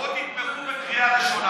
תתמכו בקריאה ראשונה